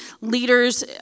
leaders